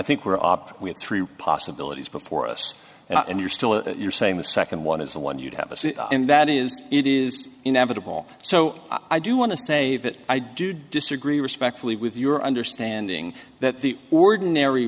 think were op we had three possibilities before us and you're still you're saying the second one is the one you'd have a say in that is it is inevitable so i do want to say that i do disagree respectfully with your understanding that the ordinary